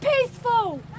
peaceful